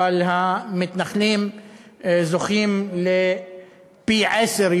אבל המתנחלים זוכים לפי-עשרה,